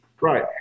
right